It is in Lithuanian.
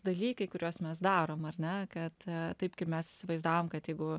dalykai kuriuos mes darom ar ne kad taip kaip mes įsivaizdavom kad jeigu